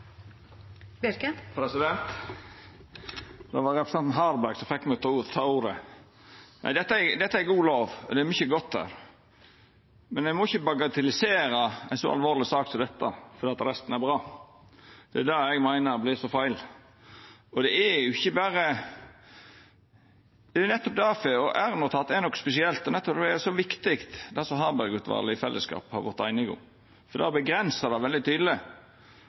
Det var representanten Harberg som fekk meg til å ta ordet. Dette er ei god lov, og det er mykje godt her, men ein må ikkje bagatellisera ei så alvorleg sak som dette fordi resten er bra. Det er det eg meiner vert så feil. R-notat er noko spesielt, og det er nettopp difor det er så viktig, det Harberg-utvalet i fellesskap har vorte einige om. For det avgrensar det veldig tydeleg.